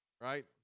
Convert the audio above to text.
right